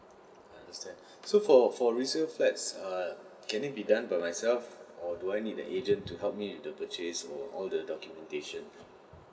I understand so for for resale flats err can it be done by myself or do I need an agent to help me in the purchase or all the documentation